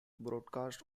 broadcast